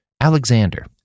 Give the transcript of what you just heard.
Alexander